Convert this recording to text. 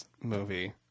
movie